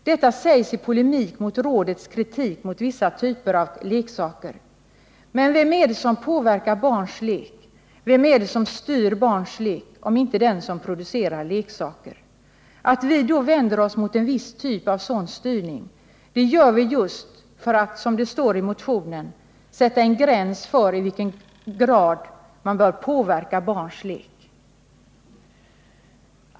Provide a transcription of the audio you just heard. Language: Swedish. Detta sägs i polemik mot rådets kritik av vissa typer av leksaker. Men vem är det som påverkar barns lek? Vem är det som styr barns lek, om inte den som producerar leksaker? Att vi då vänder oss mot en viss typ av sådan styrning beror på att vi vill, som det står i motionen, ”sätta en gräns för i vilken grad vi bör påverka barns lek”.